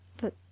But